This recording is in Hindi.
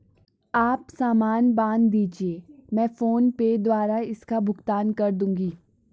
आप सामान बांध दीजिये, मैं फोन पे द्वारा इसका भुगतान कर दूंगी